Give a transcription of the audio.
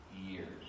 years